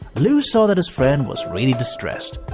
lou saw that his friend was really distressed.